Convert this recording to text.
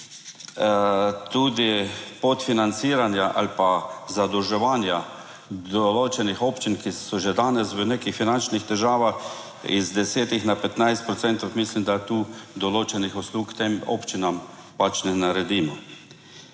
tudi podfinanciranja ali pa zadolževanja določenih občin, ki so že danes v nekih finančnih težavah, iz 10 na 15 procentov, mislim, da tu določenih uslug tem občinam pač ne naredimo.